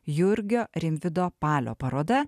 jurgio rimvydo palio paroda